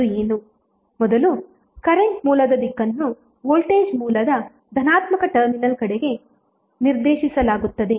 ಅದು ಏನು ಮೊದಲು ಕರೆಂಟ್ ಮೂಲದ ದಿಕ್ಕನ್ನು ವೋಲ್ಟೇಜ್ ಮೂಲದ ಧನಾತ್ಮಕ ಟರ್ಮಿನಲ್ ಕಡೆಗೆ ನಿರ್ದೇಶಿಸಲಾಗುತ್ತದೆ